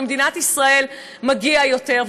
למדינת ישראל מגיע יותר,